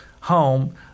home